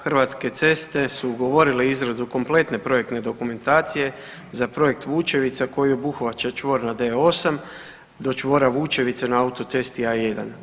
Hrvatske ceste su ugovorile izradu kompletne projektne dokumentacije za projekt Vučevica koji obuhvaća čvor na D8 do čvora Vučevica na autocesti A1.